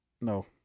No